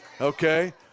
okay